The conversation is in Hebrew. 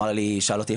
הוא שאל אותי,